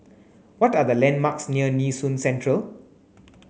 what are the landmarks near Nee Soon Central